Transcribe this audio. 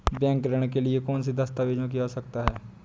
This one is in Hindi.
बैंक ऋण के लिए कौन से दस्तावेजों की आवश्यकता है?